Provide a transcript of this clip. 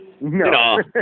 No